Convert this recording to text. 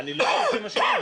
אני לא אומר שהם אשמים,